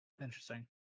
interesting